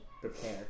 prepare